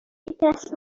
hyacinthe